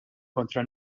kontra